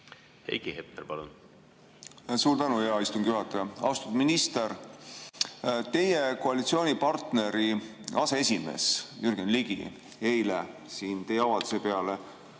Heiki Hepner, palun! Suur tänu, hea istungi juhataja! Austatud minister! Teie koalitsioonipartneri aseesimees Jürgen Ligi ütles eile siin teie avalduse peale